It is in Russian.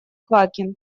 квакин